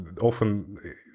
often